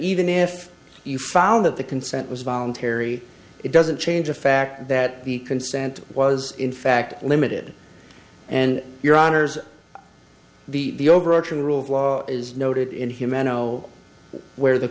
even if you found that the consent was voluntary it doesn't change the fact that the consent was in fact limited and your honors the the overarching rule of law is noted in jimeno where the